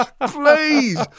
please